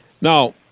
Now